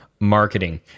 marketing